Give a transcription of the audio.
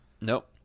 Nope